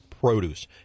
Produce